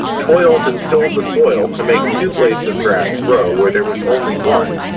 toiled and tilled the soil to make two blades of grass grow where there was only one,